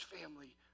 family